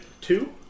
two